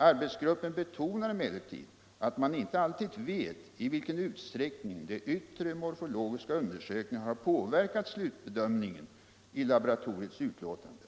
Arbetsgruppen betonar emellerud att man inte allud vet i vilken utsträckning de vtre morfologiska undersökningarna har påverkat slutbedömningen vid laboratoriets utlåtanden.